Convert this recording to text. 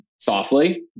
Softly